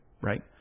right